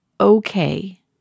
okay